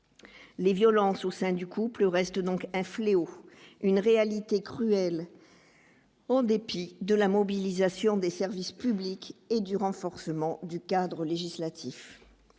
les violences au sein du couple reste donc un fléau une réalité cruelle, en dépit de la mobilisation des services publics et du renforcement du cadre législatif,